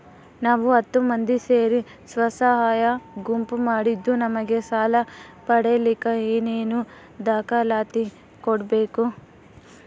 ನಾವು ಹತ್ತು ಮಂದಿ ಸೇರಿ ಸ್ವಸಹಾಯ ಗುಂಪು ಮಾಡಿದ್ದೂ ನಮಗೆ ಸಾಲ ಪಡೇಲಿಕ್ಕ ಏನೇನು ದಾಖಲಾತಿ ಕೊಡ್ಬೇಕು?